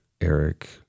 Eric